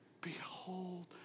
Behold